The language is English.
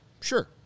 Sure